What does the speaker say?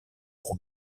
pour